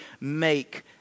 make